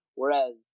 whereas